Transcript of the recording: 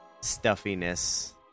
stuffiness